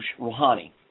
Rouhani